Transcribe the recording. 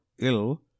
ill